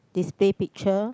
display picture